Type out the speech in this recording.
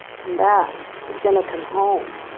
come back. he was going to come home